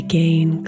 gain